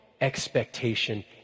expectation